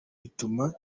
bituma